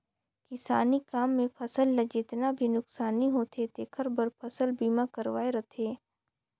किसानी काम मे फसल ल जेतना भी नुकसानी होथे तेखर बर फसल बीमा करवाये रथें